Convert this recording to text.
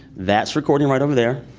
that's recording right over there,